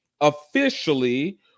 officially